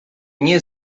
nie